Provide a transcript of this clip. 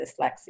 dyslexia